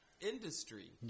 industry